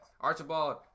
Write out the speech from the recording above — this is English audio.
Archibald